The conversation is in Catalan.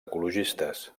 ecologistes